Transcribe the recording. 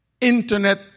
internet